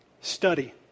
study